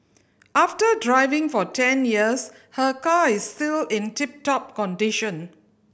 after driving for ten years her car is still in tip top condition